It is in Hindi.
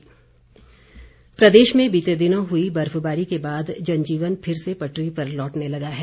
मौसम प्रदेश में बीते दिनों हुई बर्फबारी के बाद जनजीवन फिर से पटरी पर लौटने लगा है